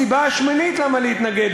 הסיבה השמינית למה להתנגד,